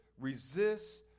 resists